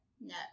no